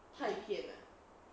太偏 ah